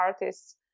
artists